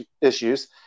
issues